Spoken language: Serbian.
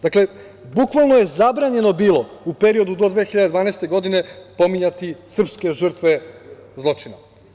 Dakle, bukvalno je zabranjeno bilo u periodu do 2012. godine pominjati srpske žrtve zločina.